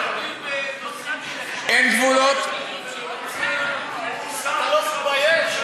אתה לא מתבייש?